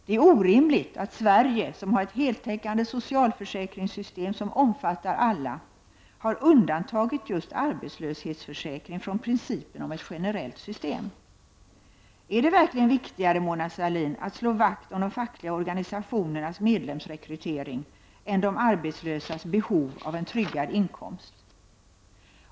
Det är orimligt att Sverige, som har ett heltäckande socialförsäkringssystem som omfattar alla, har undantagit just arbetslöshetsförsäkringen från principen om ett generellt system. Är det verkligen viktigare, Mona Sahlin, att slå vakt om de fackliga organisationernas medlemsrekrytering än de arbetslösas behov av en tryggad inkomst?